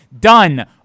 done